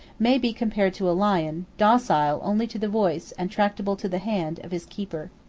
may be compared to a lion, docile only to the voice, and tractable to the hand, of his keeper.